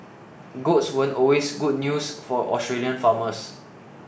goats weren't always good news for Australian farmers